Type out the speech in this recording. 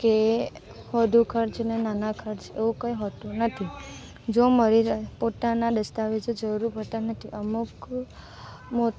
કે વધુ ખર્ચને નાના ખર્ચ એવું કઈ હોતું નથી જો મરી રહે પોતાના દસ્તાવેજો જરૂર હોતા નથી અમુક મો